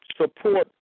Support